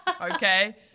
Okay